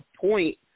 point